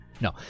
No